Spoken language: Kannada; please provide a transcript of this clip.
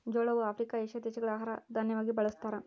ಜೋಳವು ಆಫ್ರಿಕಾ, ಏಷ್ಯಾ ದೇಶಗಳ ಆಹಾರ ದಾನ್ಯವಾಗಿ ಬಳಸ್ತಾರ